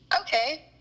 Okay